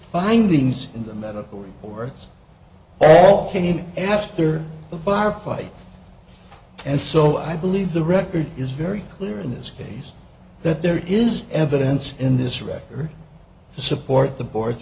findings in the medical records all came after the firefight and so i believe the record is very clear in this case that there is evidence in this record to support the board